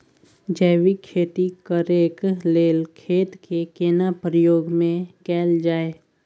जैविक खेती करेक लैल खेत के केना प्रयोग में कैल जाय?